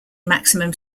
maximum